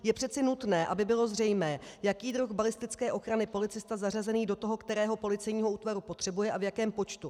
Je přece nutné, aby bylo zřejmé, jaký druh balistické ochrany policista zařazený do toho kterého útvaru potřebuje, a v jakém počtu.